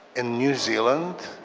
in new zealand,